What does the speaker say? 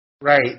Right